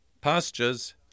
pastures